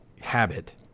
habit